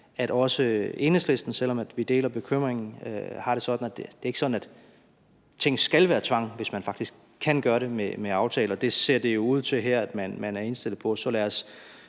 at også Enhedslisten, selv om vi deler bekymringen, har det sådan, at det ikke er sådan, at ting skal være tvang, hvis man faktisk kan gøre det med aftaler. Det ser det jo ud til at man er indstillet på,